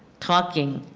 talking,